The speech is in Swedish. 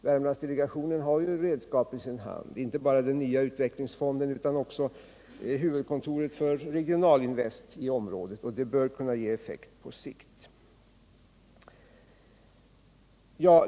Värmlandsdelegationen har redskap i sin hand, inte bara den nya utvecklingsfonden utan också huvudkontoret för Regionalinvest i området; det bör kunna ge effekt på sikt.